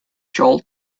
joel